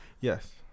Yes